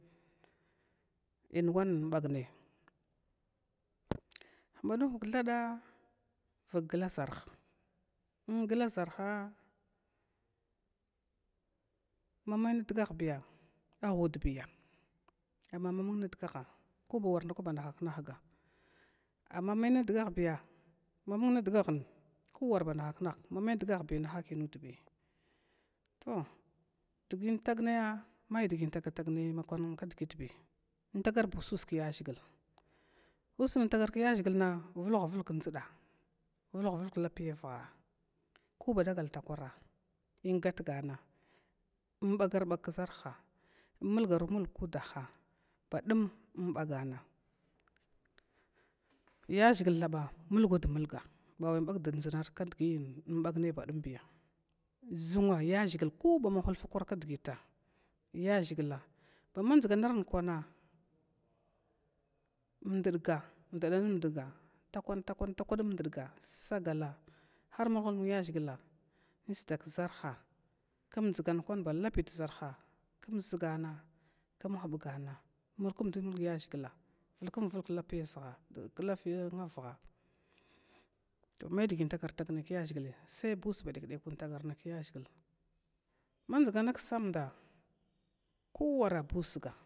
Inwan bagnaya hubanu hubug thada kglaʒarhi glaʒarha mamai dgahbiya dgahbiya, amma ma mung dugaha koba war ndakuba nahaknahga, amma ma may dgahbiya mamun dugahn kowarba nahaknahbi, to digi intagnaya mai digi intagatagnai makwan kdgitbi, in tagarba us kyaʒhigla usn tagal nai kiyaʒhiglna vulha vulg kdʒda vulwha vulg klapavuha koba dagal ta kwara in gatgama inagar bag kʒarha, in mulgarumulg kudaha badum umbagana, ya ʒhigla thaba mulgwad mulga bawai in bad dʒda mai badum ya ʒunn yaʒhigla koba makwar kdgita yaʒhigla thaba mulgwad mulga bawai in bagd dʒd nai badumya ʒun ya koba kwar kdgita ya ʒhigla bama dʒuganaran kwana umdurga umdurga namdiga takwan ta kwan in umdraga sagala har mulhumulg yaʒhigla, in sda kʒarh km dʒgan kwan ba lapi duʒarha kum ʒugana kum huba gana mulkumdu mul yaʒhigla vulkumd vulg klapiya vuha, to may dgi in tagartag mai kya ʒhilaya sai ba usa wantagarnai kyaʒhigla mdʒgna ksamda ku wara usga.